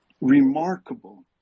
remarkable